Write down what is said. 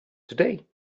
today